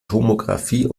tomographie